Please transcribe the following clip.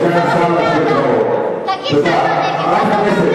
אני נגד, תגיד שאתה נגד.